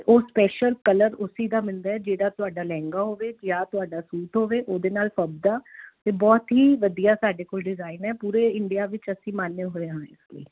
ਉਹ special colour ਉਸੇ ਦਾ ਮਿਲਦਾ ਜਿਹੜਾ ਤੁਹਾਡਾ ਲਹਿੰਗਾ ਹੋਵੇ ਜਾਂ ਤੁਹਾਡਾ ਸੂਟ ਹੋਵੇ ਉਹਦੇ ਨਾਲ ਫਬਦਾ ਤਾਂ ਬਹੁਤ ਹੀ ਵਧੀਆ ਸਾਡੇ ਕੋਲ ਡਿਜ਼ਾਇਨ ਹੈ ਪੂਰੇ ਇੰਡੀਆ ਵਿੱਚ ਅਸੀਂ ਮੰਨੇ ਹੋਏ ਆ ਇਸਨੂੰ